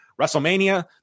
wrestlemania